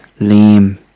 Liam